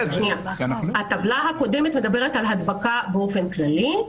הטבלה הקודמת מדברת על הדבקה באופן כללי,